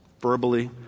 verbally